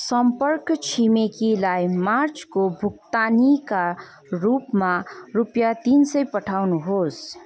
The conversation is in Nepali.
सम्पर्क छिमेकीलाई मार्चको भुक्तानीका रूपमा रुपियाँ तिन सय पठाउनुहोस्